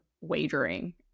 wagering